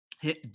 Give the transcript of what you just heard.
hit